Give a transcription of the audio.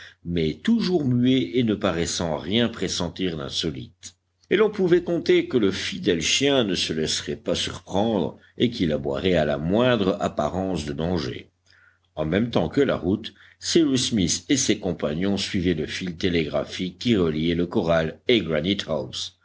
mais toujours muet et ne paraissant rien pressentir d'insolite et l'on pouvait compter que le fidèle chien ne se laisserait pas surprendre et qu'il aboierait à la moindre apparence de danger en même temps que la route cyrus smith et ses compagnons suivaient le fil télégraphique qui reliait le corral et